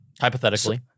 Hypothetically